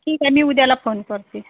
ठीक आहे मी उद्याला फोन करते